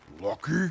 Lucky